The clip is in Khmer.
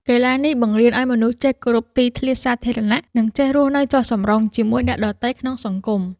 កីឡានេះបង្រៀនឱ្យមនុស្សចេះគោរពទីធ្លាសាធារណៈ និងចេះរស់នៅចុះសម្រុងជាមួយអ្នកដទៃក្នុងសង្គម។